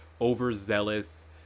overzealous